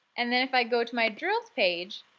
and then if i go to my drills page,